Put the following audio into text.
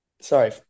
sorry